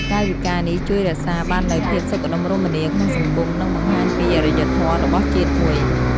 កាយវិការនេះជួយរក្សាបាននូវភាពសុខដុមរមនាក្នុងសង្គម និងបង្ហាញពីអរិយធម៌របស់ជាតិមួយ។